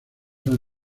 han